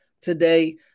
today